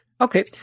okay